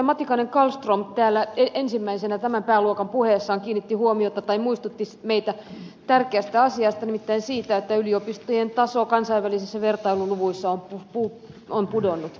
matikainen kallström täällä ensimmäisenä tämän pääluokan puheessaan muistutti meitä tärkeästä asiasta nimittäin siitä että yliopistojen taso kansainvälisissä vertailuluvuissa on pudonnut